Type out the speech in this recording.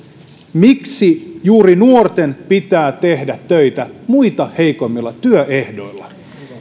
miksi juuri nuorten pitää tehdä töitä muita heikommilla työehdoilla